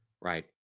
right